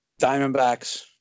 Diamondbacks